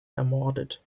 ermordet